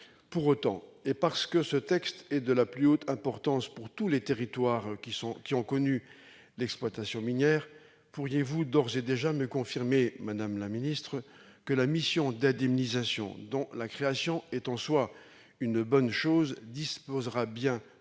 Pour autant, et parce que ce texte est de la plus haute importance pour tous les territoires qui ont connu l'exploitation minière, pourriez-vous d'ores et déjà me confirmer, madame la secrétaire d'État, que la mission d'indemnisation, dont la création est en soi une bonne chose, disposera bien de fonds